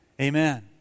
Amen